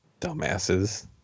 Dumbasses